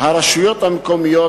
הרשויות המקומיות,